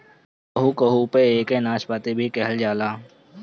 कहू कहू पे एके नाशपाती भी कहल जाला